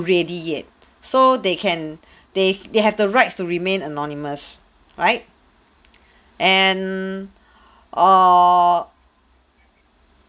ready yet so they can they they have the rights to remain anonymous right and err